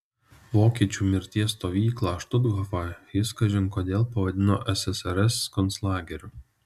vokiečių mirties stovyklą štuthofą jis kažin kodėl pavadino ssrs konclageriu